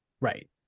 Right